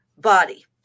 body